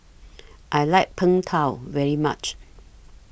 I like Png Tao very much